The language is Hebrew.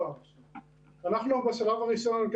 הראשון,